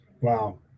Wow